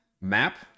map